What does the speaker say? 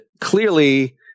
clearly